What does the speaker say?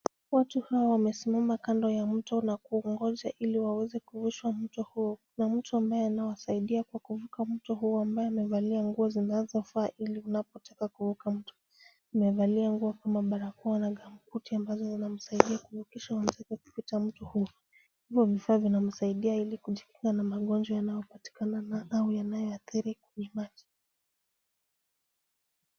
Watu hawa wamesimama kando ya mto na kuongoja ili waweze kuvushwa mto huo. Kuna mtu ambaye anawasaidia kwa kuvuka mto huo ambaye amevalia nguo zinazofaa ili unapotaka kuvuka mto. Amevalia nguo kama barakoa na gambuti ambazo zinazomsaidia kuvukisha watu wanaopita mto huo . Hivyo vifaa vinamsaidia ili kujikinga na magonjwa yanayopatikana au yanayoathiri maji.